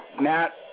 Matt